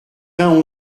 vingt